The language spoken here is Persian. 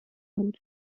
بود